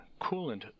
coolant